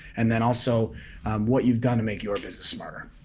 and then also what you've done to make your business smarter.